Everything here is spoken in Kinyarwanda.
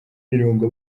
mirongo